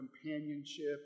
companionship